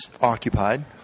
occupied